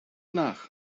nach